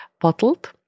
bottled